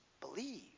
believe